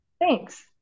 Thanks